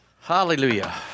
Hallelujah